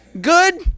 Good